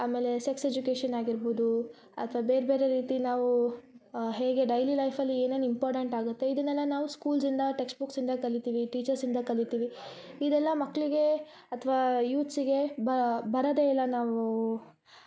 ಆಮೇಲೆ sex education ಆಗಿರ್ಬೋದು ಅಥ್ವ ಬೇರೆ ಬೇರೆ ರೀತಿ ನಾವು ಹೇಗೆ ಡೈಲಿ ಲೈಫಲ್ಲಿ ಏನೇನು ಇಂಪಾರ್ಟೆಂಟ್ ಆಗತ್ತೆ ಇದನ್ನೆಲ್ಲ ನಾವು ಸ್ಕೂಲ್ಸ್ಯಿಂದ ಟೆಸ್ಟ್ಬುಕ್ಸ್ಯಿಂದ ಕಲಿತೀವಿ ಟೀಚರ್ಸ್ಯಿಂದ ಕಲಿತೀವಿ ಇದೆಲ್ಲ ಮಕ್ಕಳಿಗೆ ಅಥ್ವ ಯೂತ್ಸಿಗೆ ಬರದೆಯಿಲ್ಲ ನಾವು